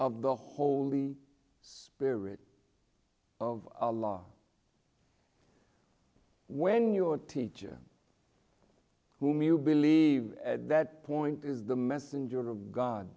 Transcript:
of the holy spirit of law when your teacher whom you believe at that point is the messenger of god